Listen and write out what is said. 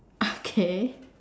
okay